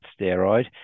steroid